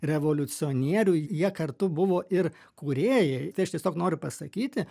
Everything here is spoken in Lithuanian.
revoliucionierių jie kartu buvo ir kūrėjai tai aš tiesiog noriu pasakyti